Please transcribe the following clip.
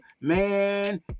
man